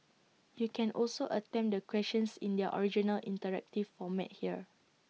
you can also attempt the questions in their original interactive format here